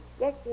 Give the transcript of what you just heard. Yes